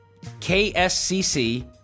kscc